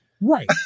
Right